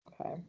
okay